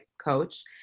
coach